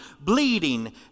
bleeding